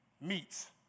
meets